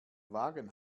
wagen